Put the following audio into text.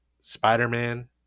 Spider-Man